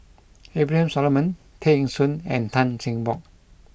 Abraham Solomon Tay Eng Soon and Tan Cheng Bock